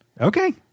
Okay